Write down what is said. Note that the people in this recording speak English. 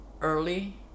early